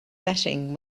setting